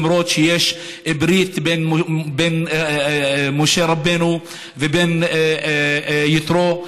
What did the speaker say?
למרות שיש ברית בין משה רבנו ובין יתרו,